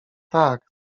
tak